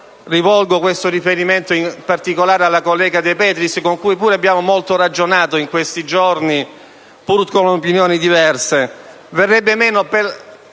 rivolgo questo riferimento in particolare alla collega De Petris, con cui abbiamo molto ragionato in questi giorni, seppure con opinioni diverse